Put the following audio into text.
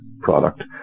product